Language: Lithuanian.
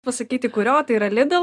pasakyti kurio tai yra lidl